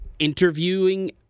interviewing